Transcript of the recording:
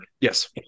Yes